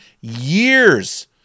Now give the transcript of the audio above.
years